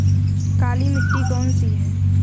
काली मिट्टी कौन सी है?